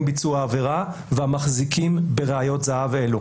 ביצוע העבירה והמחזיקים בראיות זהב אלו.